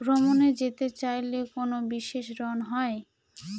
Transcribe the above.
ভ্রমণে যেতে চাইলে কোনো বিশেষ ঋণ হয়?